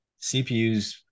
CPUs